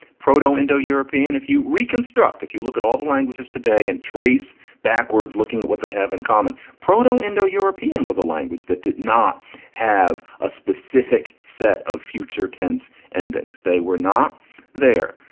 proteau indo european. if you reconstruct if you look at all the languages today and trace backwards looking at what they have in common, proteau indo european was a language that did not have a specific set of future tense endings. they were not there.